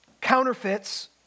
counterfeits